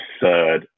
absurd